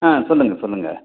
ஆ சொல்லுங்கள் சொல்லுங்கள்